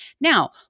Now